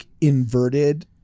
inverted